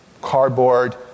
cardboard